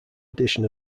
addition